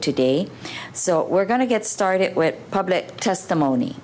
today so we're going to get started with public testimony